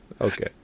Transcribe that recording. Okay